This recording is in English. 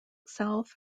south